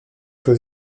für